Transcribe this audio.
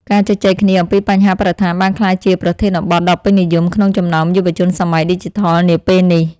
ការជជែកគ្នាអំពីបញ្ហាបរិស្ថានបានក្លាយជាប្រធានបទដ៏ពេញនិយមក្នុងចំណោមយុវជនសម័យឌីជីថលនាពេលនេះ។